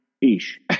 Ish